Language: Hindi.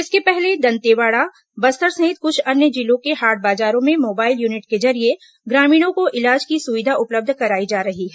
इसके पहले दंतेवाड़ा बस्तर सहित कुछ अन्य जिलों के हाट बाजारों में मोबाइल यूनिट के जरिये ग्रामीणों को इलाज की सुविधा उपलब्ध कराई जा रही है